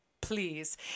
please